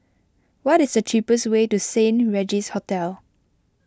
what is the cheapest way to Saint Regis Hotel